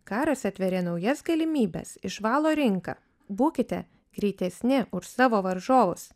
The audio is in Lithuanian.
karas atveria naujas galimybes išvalo rinką būkite greitesni už savo varžovus